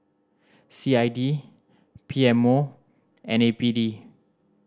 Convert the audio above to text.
C I D P M O and A P D